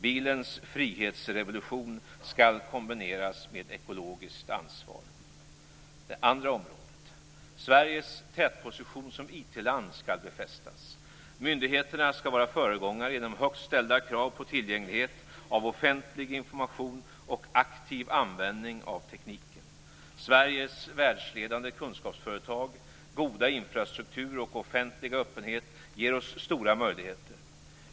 Bilens frihetsrevolution skall kombineras med ekologiskt ansvar. · Sveriges tätposition som IT-land skall befästas. Myndigheterna skall vara föregångare genom högt ställda krav på tillgänglighet av offentlig information och aktiv användning av tekniken. Sveriges världsledande kunskapsföretag, goda infrastruktur och offentliga öppenhet ger oss stora möjligheter.